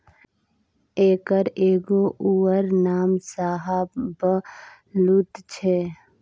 एकर एगो अउर नाम शाहबलुत छै